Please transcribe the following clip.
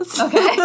Okay